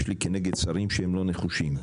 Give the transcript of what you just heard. יש לי כנגד שרים שהם לא נחושים.